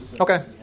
Okay